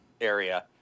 area